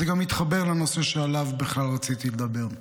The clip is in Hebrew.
זה גם מתחבר לנושא שעליו בכלל רציתי לדבר,